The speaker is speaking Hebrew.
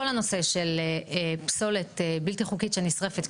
כל הנושא של פסולת בלתי-חוקית שנשרפת,